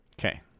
Okay